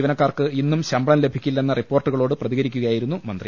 ജീവനക്കാർക്ക് ഇന്നും ശമ്പളം ലഭിക്കില്ലെന്ന റിപ്പോർട്ടുകളോട് പ്രതികരിക്കുകയായിരുന്നു മന്ത്രി